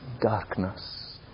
darkness